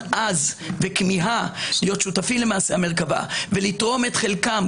עז וכמיהה להיות שותפים למאמץ ותרום את חלקם,